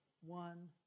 one